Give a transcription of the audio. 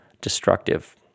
destructive